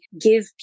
give